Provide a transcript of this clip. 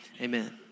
Amen